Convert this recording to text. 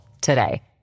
today